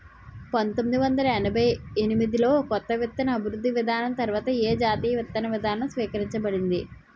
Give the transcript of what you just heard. పంతోమ్మిది వందల ఎనభై ఎనిమిది లో కొత్త విత్తన అభివృద్ధి విధానం తర్వాత ఏ జాతీయ విత్తన విధానం స్వీకరించబడింది?